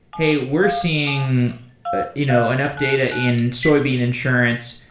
hey, we're seeing ah you know enough data in soybean insurance.